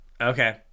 Okay